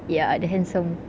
ya ah the handsome